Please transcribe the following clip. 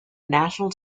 national